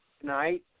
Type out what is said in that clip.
tonight